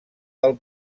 del